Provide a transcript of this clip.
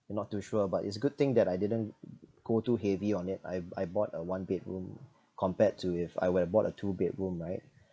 you're not too sure but it's a good thing that I didn't go too heavy on it I I bought a one bedroom compared to if I would have bought a two bedroom right